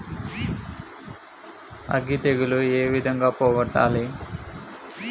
అగ్గి తెగులు ఏ విధంగా పోగొట్టాలి?